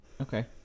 okay